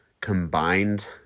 combined